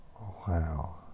Wow